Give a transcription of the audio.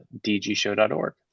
dgshow.org